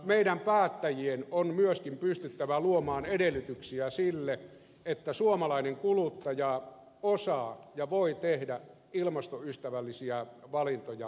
meidän päättäjien on myöskin pystyttävä luomaan edellytyksiä sille että suomalainen kuluttaja osaa ja voi tehdä ilmastoystävällisiä valintoja arjessaan